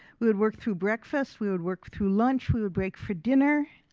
we would work through breakfast, we would work through lunch, we would break for dinner,